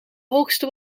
hoogste